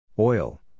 Oil